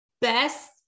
best